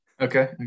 Okay